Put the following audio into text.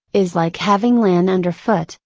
is like having land underfoot,